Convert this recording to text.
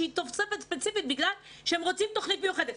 היא תוספת ספציפית בגלל שהם רוצים תוכנית מיוחדת.